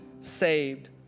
saved